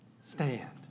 stand